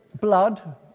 blood